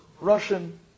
Russian